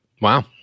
Wow